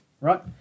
right